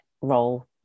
role